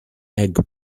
egg